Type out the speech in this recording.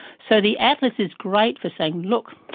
so the atlas is great for saying, look,